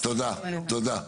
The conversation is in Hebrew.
אוקיי, תודה, תודה.